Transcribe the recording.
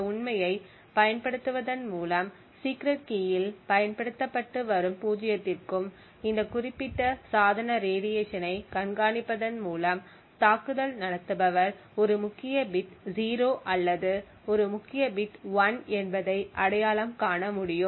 இந்த உண்மையைப் பயன்படுத்துவதன் மூலம் சீக்ரெட் கீயில் பயன்படுத்தப்பட்டு வரும் பூஜ்ஜியத்திற்கும் இந்த குறிப்பிட்ட சாதன ரேடியேஷன் ஐ கண்காணிப்பதன் மூலம் தாக்குதல் நடத்துபவர் ஒரு முக்கிய பிட் 0 அல்லது ஒரு முக்கிய பிட் 1 என்பதை அடையாளம் காண முடியும்